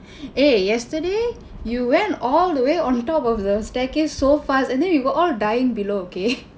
eh yesterday you went all the way on top of the staircase so fast and then we were all dying below okay